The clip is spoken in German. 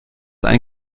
ein